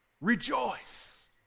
rejoice